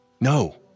No